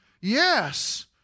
yes